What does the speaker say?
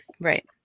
right